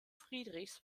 friedrichs